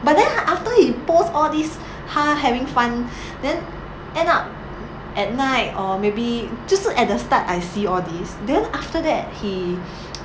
but then after he post all these 他 having fun then end up at night or maybe 就是 at the start I see all these then after that he